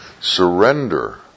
Surrender